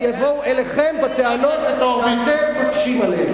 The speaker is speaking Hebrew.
הם יבואו אליכם בטענות שאתם מקשים עליהם.